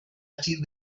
achieve